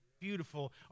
beautiful